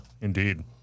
indeed